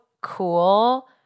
cool